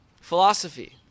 Philosophy